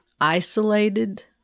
isolated